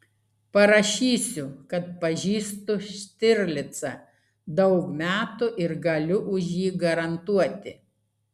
parašysiu kad pažįstu štirlicą daug metų ir galiu už jį garantuoti